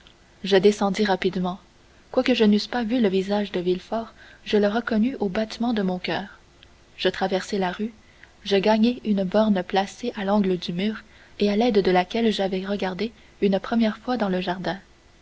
je descendis rapidement quoique je n'eusse pas vu le visage de villefort je le reconnus au battement de mon coeur je traversai la rue je gagnai une borne placée à l'angle du mur et à l'aide de laquelle j'avais regardé une première fois dans le jardin